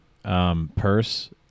Purse